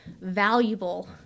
valuable